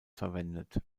verwendet